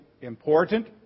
important